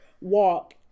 walk